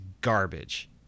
garbage